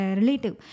relative